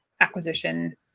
acquisition